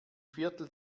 viertel